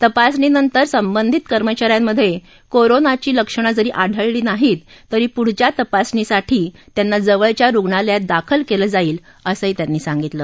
तपासणीनंतर संबंधित कर्मचा यांमधे कोरोनाची लक्षण जरी आढळली नाहीत तरी पुढच्या तपासणीसाठी त्यांना जवळच्या रुग्णालयात दाखल केलं जाईल असंही त्यांनी सांगितलं